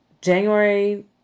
January